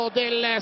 del